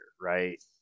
right